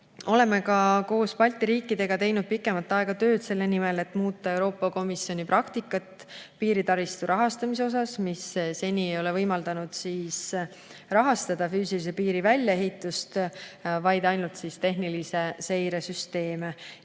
oleme koos Balti riikidega teinud pikemat aega tööd selle nimel, et muuta Euroopa Komisjoni praktikat piiritaristu rahastamisel. Seni ei ole see võimaldanud rahastada füüsilise piiri väljaehitust, vaid ainult tehnilise seire süsteeme.